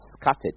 scattered